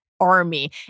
army